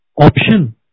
option